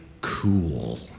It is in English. cool